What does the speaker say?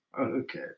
Okay